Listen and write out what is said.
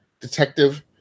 Detective